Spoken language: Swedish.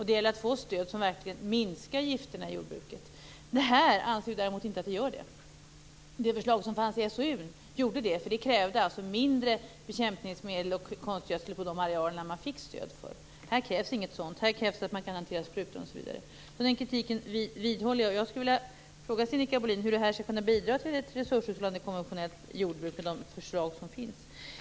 Det gäller att få stöd som verkligen minskar gifterna i jordbruket. Men vi anser inte att det här gör det. Det förslag som fanns i SOU krävde detta. Där krävdes mindre bekämpningsmedel och konstgödsel för de arealer som det gavs stöd för. Här krävs inget sådant. Jag vidhåller den kritiken. Hur skall de förslag som finns kunna bidra till ett resurshushållande konventionellt jordbruk?